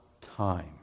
time